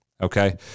okay